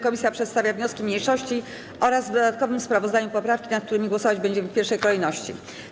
Komisja przedstawia wnioski mniejszości oraz w dodatkowym sprawozdaniu poprawki, nad którymi głosować będziemy w pierwszej kolejności.